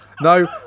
No